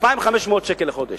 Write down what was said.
2,500 שקל לחודש.